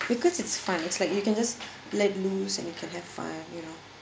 because it's fun it's like you can just let loose and you can have fun you know